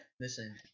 Listen